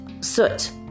soot